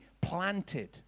planted